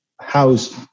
house